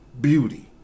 Beauty